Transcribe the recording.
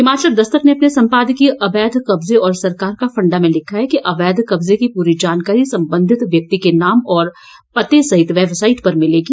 हिमाचल दस्तक ने अपने सम्पादकीय अवैध कब्जे और सरकार का फंडा में लिखा है कि अवैध कब्जे की पूरी जानकारी संबंधित व्यक्ति के नाम और पते सहित वेबसाईट पर मिलेगी